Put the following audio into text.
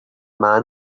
man